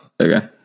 Okay